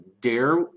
dare